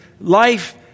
life